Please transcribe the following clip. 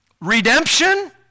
redemption